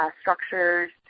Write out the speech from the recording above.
structures